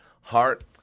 Heart